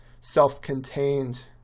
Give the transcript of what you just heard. self-contained